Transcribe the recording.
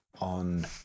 on